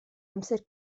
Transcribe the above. amser